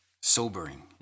sobering